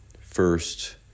first